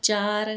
ਚਾਰ